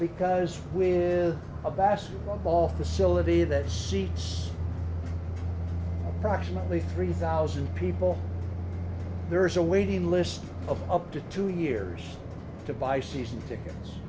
because with a basketball facility that seats fractionally three thousand people there is a waiting list of up to two years to buy season ticket